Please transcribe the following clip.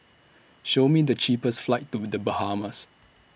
Show Me The cheapest flights to The Bahamas